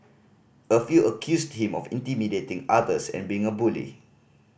a few accused him of intimidating others and being a bully